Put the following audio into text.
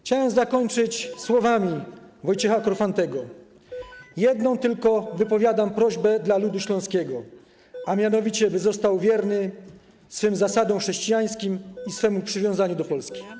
Chciałem zakończyć słowami Wojciecha Korfantego: Jedną tylko wypowiadam prośbę do ludu śląskiego, a mianowicie, by został wierny swym zasadom chrześcijańskim i swemu przywiązaniu do Polski.